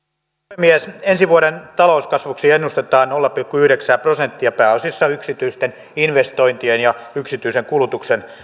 puhemies ensi vuoden talouskasvuksi ennustetaan nolla pilkku yhdeksää prosenttia pääasiassa yksityisten investointien ja yksityisen kulutuksen